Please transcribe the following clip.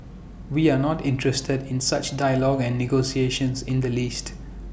we are not interested in such dialogue and negotiations in the least